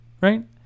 right